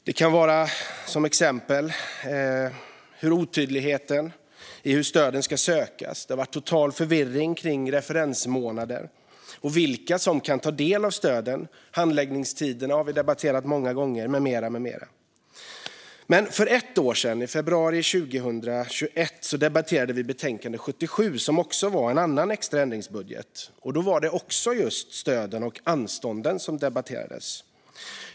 Det har till exempel gällt otydligheten i hur stöden ska sökas. Det har varit total förvirring om referensmånader och vilka som kan ta del av stöden. Vi har många gånger debatterat handläggningstiderna med mera. För ett år sedan, i februari 2021, debatterade vi betänkande 77 som gällde en annan extra ändringsbudget. Då var det också just stöden och anstånden som debatterades.